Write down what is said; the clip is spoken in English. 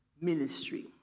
ministry